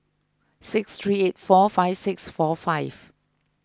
six three eight four five six four five